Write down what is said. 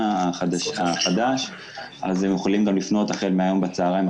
אז הן יכולות לפנות החל מהיום בצוהריים,